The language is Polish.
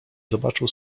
zobaczył